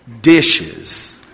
dishes